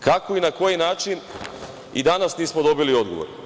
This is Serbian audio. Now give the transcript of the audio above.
Kako i na koji način i danas nismo dobili odgovor.